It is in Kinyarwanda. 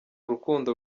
rukundo